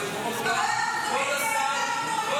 אז לפחות --- אתה רואה, אנחנו